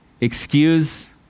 excuse